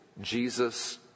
Jesus